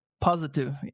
positive